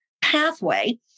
pathway